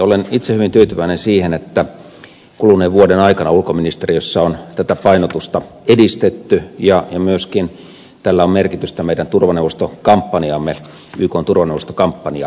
olen itse hyvin tyytyväinen siihen että kuluneen vuoden aikana ulkoministeriössä on tätä painotusta edistetty ja tällä on merkitystä myöskin meidän ykn turvaneuvostokampanjaamme ajatellen